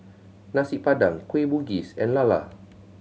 Nasi Padang Kueh Bugis and lala